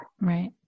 Right